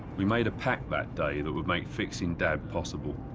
we made a pact that day that would make fixing dad possible.